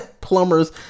plumber's